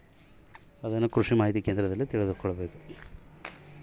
ಕಡಿಮೆ ವೆಚ್ಚದಲ್ಲಿ ನಾನು ಕಬ್ಬು ಹೇಗೆ ಬೆಳೆಯಬಹುದು?